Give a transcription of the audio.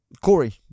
Corey